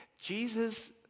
Jesus